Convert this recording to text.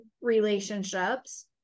relationships